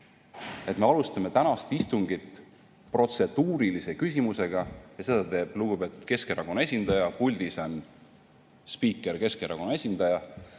Me alustame tänast istungit protseduurilise küsimusega ja seda teeb lugupeetud Keskerakonna esindaja, puldis on spiiker, Keskerakonna esindaja,